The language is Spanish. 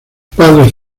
padres